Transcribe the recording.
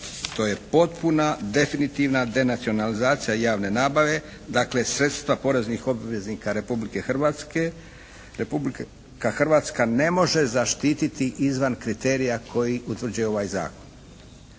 To je potpuna, definitivna denacionalizacija javne nabave, dakle sredstva poreznih obveznika Republike Hrvatske. Republika Hrvatska ne može zaštititi izvan kriterija koji utvrđuje ovaj Zakon.